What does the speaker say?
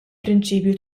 prinċipju